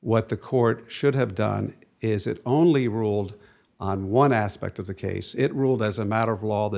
what the court should have done is it only ruled on one aspect of the case it ruled as a matter of law the